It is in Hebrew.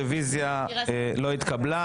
הרוויזיה לא התקבלה.